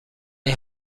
این